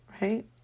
right